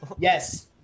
Yes